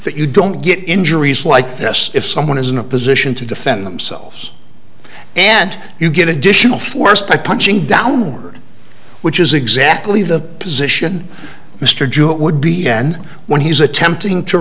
that you don't get injuries like this if someone is in a position to defend themselves and you get additional force by punching downward which is exactly the position mr jewett would be n when he's attempting to